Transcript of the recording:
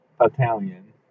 Italian